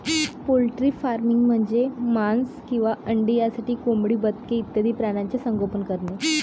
poultry farming म्हणजे मांस किंवा अंडी यासाठी कोंबडी, बदके इत्यादी प्राण्यांचे संगोपन करणे